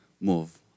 move